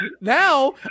Now